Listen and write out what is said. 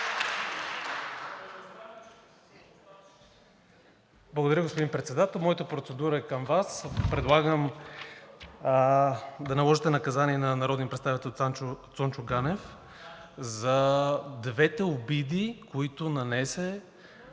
Благодаря, господин Председател. Моята процедура е към Вас. Предлагам да наложите наказание на народния представител Цончо Ганев за двете обиди, които нанесе